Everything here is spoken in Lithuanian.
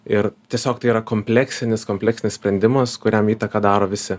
ir tiesiog tai yra kompleksinis kompleksinis sprendimas kuriam įtaką daro visi